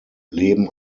leben